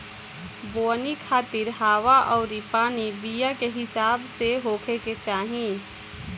बोवनी खातिर हवा अउरी पानी बीया के हिसाब से होखे के चाही